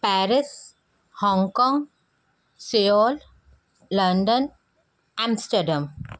Paris Hong Kong Seoul London Amsterdam